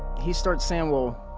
he starts saying, well,